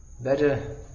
better